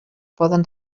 poden